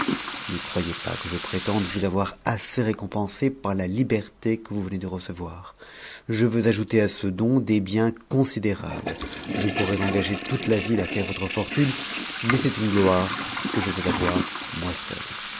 ne croyez pas que je prétende vous avoir assez rccon'ps r b liberté que vous venez de recevoir je veux ajouter à ce don des biens considérables je pourrais engager toute notre ville à faire votre fortune mais c'est uue gloire que je veux avoir moi seul